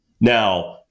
now